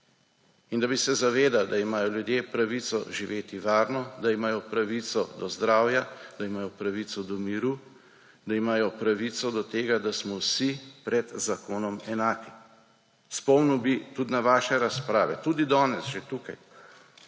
In da bi se zavedali, da imajo ljudje pravico živeti varno, da imajo pravico do zdravja, da imajo pravico do miru, da imajo pravico do tega, da smo vsi pred zakonom enaki. Spomnil bi tudi na vaše razprave, tudi danes že tukaj,